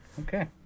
Okay